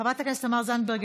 חברת הכנסת תמר זנדברג,